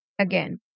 again